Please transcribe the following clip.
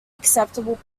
acceptable